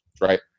right